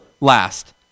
last